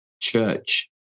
church